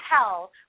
tell